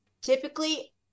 typically